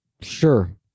Sure